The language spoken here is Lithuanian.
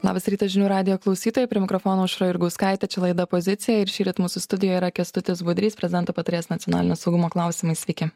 labas rytas žinių radijo klausytojai prie mikrofono aušra jurgauskaitė čia laida pozicija ir šįryt mūsų studijoje yra kęstutis budrys prezidento patarėjas nacionalinio saugumo klausimais sveiki